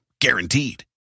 Guaranteed